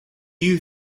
you